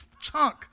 chunk